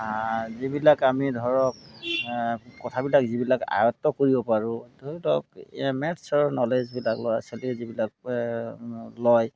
যিবিলাক আমি ধৰক কথাবিলাক যিবিলাক আয়ত্ব কৰিব পাৰোঁ ধৰি লওক এয়া মেথছৰ নলেজবিলাক ল'ৰা ছোৱালীয়ে যিবিলাক লয়